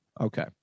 Okay